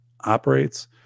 operates